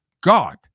God